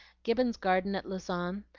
gibbon's garden at lausanne,